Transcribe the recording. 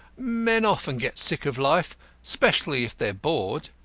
men often get sick of life especially if they are bored,